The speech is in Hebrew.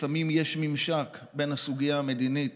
לפעמים יש ממשק בין הסוגיה המדינית,